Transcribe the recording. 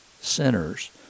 sinners